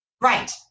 Right